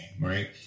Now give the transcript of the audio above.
right